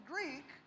Greek